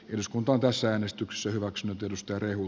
syyskuun pakkasäänestyksessä hyväksynyt ostorehun